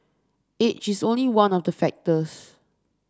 age is only one of the factors